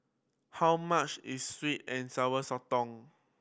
how much is sweet and Sour Sotong